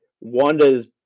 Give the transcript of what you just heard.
Wanda's